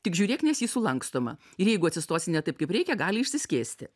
tik žiūrėk nes ji sulankstoma ir jeigu atsistosi ne taip kaip reikia gali išsiskėsti